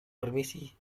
permisi